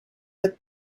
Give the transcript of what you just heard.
that